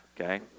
okay